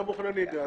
גם מכוני נהיגה.